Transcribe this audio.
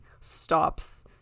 stops